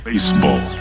Baseball